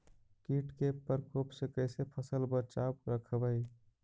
कीट के परकोप से कैसे फसल बचाब रखबय?